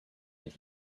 that